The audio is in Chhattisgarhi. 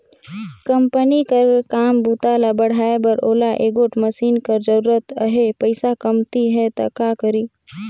कंपनी कर काम बूता ल बढ़ाए बर ओला एगोट मसीन कर जरूरत अहे, पइसा कमती हे त का करी?